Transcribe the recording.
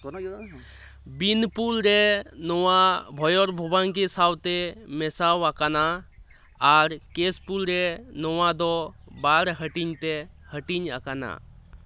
ᱵᱤᱱᱯᱩᱨ ᱨᱮ ᱱᱚᱣᱟ ᱵᱷᱚᱭᱚᱨ ᱵᱷᱚᱵᱚᱝᱜᱤ ᱥᱟᱶᱛᱮ ᱢᱮᱥᱟ ᱟᱠᱟᱱᱟ ᱟᱨ ᱠᱮᱥᱯᱩᱨ ᱨᱮ ᱱᱚᱣᱟ ᱫᱚ ᱵᱟᱨ ᱦᱟᱹᱴᱤᱧ ᱛᱮ ᱦᱟᱹᱴᱤᱧ ᱟᱠᱟᱱᱟ